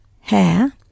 hair